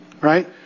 Right